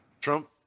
Trump